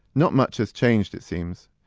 not much has changed, it seems.